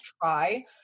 try